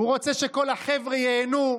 הוא רוצה שכל החבר'ה ייהנו.